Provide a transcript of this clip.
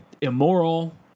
immoral